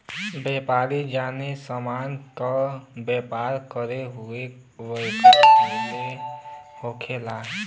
व्यापारी जौन समान क व्यापार करला उ वोकर माल कहलाला